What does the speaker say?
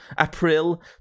April